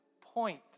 point